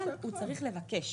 אבל הוא צריך לבקש.